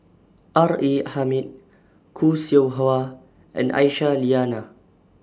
R A Hamid Khoo Seow Hwa and Aisyah Lyana